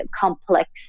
complex